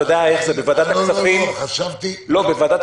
אני רק רוצה לפני שאני אשכח, אדוני